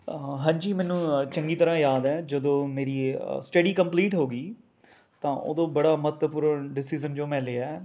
ਹਾਂਜੀ ਮੈਨੂੰ ਚੰਗੀ ਤਰ੍ਹਾਂ ਯਾਦ ਹੈ ਜਦੋਂ ਮੇਰੀ ਸਟੱਡੀ ਕੰਪਲੀਟ ਹੋ ਗਈ ਤਾਂ ਉਦੋਂ ਬੜਾ ਮਹੱਤਵਪੂਰਨ ਡਿਸੀਜ਼ਨ ਜੋ ਮੈਂ ਲਿਆ ਹੈ